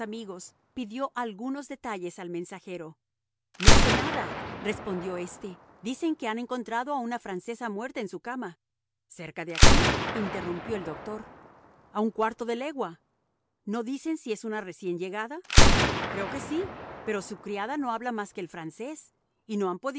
pidió algunos detalles al mensajero no sé nada respondió éste dicen que han encontrado a una francesa muerta en su cama cerca de aquí interrumpió el doctor a un cuarto de legua no dicen si es una recién llegada creo que sí pero su criada no habla más que el francés y no